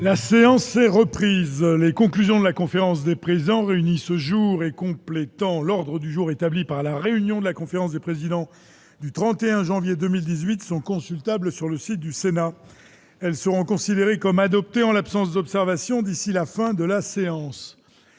La séance est repris les conclusions de la conférence des présidents réunis ce jour et complétant l'ordre du jour établi par la réunion de la conférence des présidents du 31 janvier 2018 sont consultables sur le site du Sénat, elles seront considérées comme adoptées en l'absence d'observation, d'ici la fin de la séance,